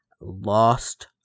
lost